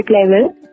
level